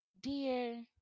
dear